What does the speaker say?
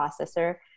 processor